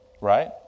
Right